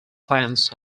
plants